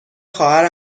خواهر